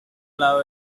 lado